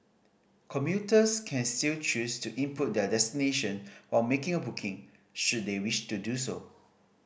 commuters can still choose to input their destination or making a booking should they wish to do so